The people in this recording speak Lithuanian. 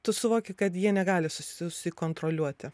tu suvoki kad jie negali susikontroliuoti